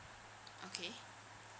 okay